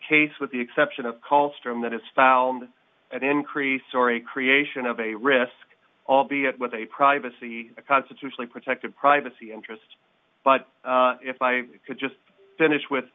case with the exception of call strome that has found an increase or a creation of a risk albeit with a privacy a constitutionally protected privacy interest but if i could just finish with